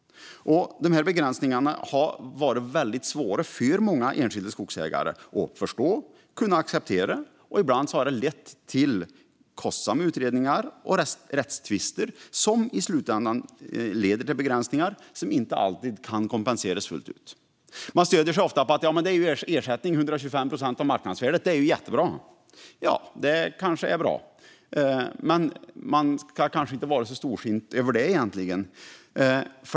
Dessa begränsningar har varit väldigt svåra för många enskilda skogsägare att förstå och kunna acceptera. Ibland har det lett till kostsamma utredningar och rättstvister. Det leder i slutändan till begränsningar som inte alltid kan kompenseras fullt ut. Man säger ofta att en ersättning på 125 procent av marknadsvärdet är jättebra. Det kanske är bra. Men kan ska kanske inte känna sig så storsint för det.